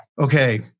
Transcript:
Okay